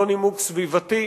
לא נימוק סביבתי.